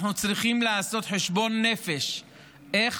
אנחנו צריכים לעשות חשבון נפש איך